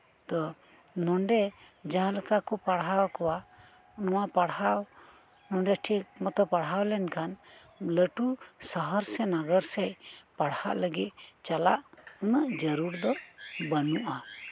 ᱛᱚ ᱱᱚᱰᱮ ᱡᱟᱦᱟᱸᱸᱞᱮᱠᱟ ᱠᱚ ᱯᱟᱲᱦᱟᱣ ᱠᱚᱣᱟ ᱱᱚᱶᱟ ᱯᱟᱲᱦᱟᱣ ᱱᱚᱰᱮ ᱴᱷᱤᱠ ᱢᱚᱛᱚ ᱯᱟᱲᱦᱟᱣ ᱞᱮᱱᱠᱷᱟᱱ ᱞᱟᱹᱴᱩ ᱥᱚᱦᱚᱨ ᱥᱮ ᱱᱚᱜᱚᱨ ᱥᱮ ᱯᱟᱲᱦᱟᱜ ᱞᱟᱹᱜᱤᱫ ᱪᱟᱞᱟᱜ ᱩᱱᱟᱹᱜ ᱡᱟᱹᱨᱩᱲ ᱫᱚ ᱵᱟᱹᱱᱩᱜᱼᱟ